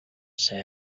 sad